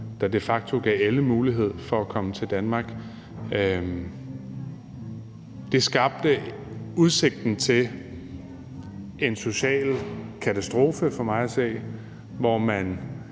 der de facto gav alle mulighed for at komme til Danmark. Det skabte udsigten til en social katastrofe, for mig at se, hvor man